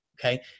okay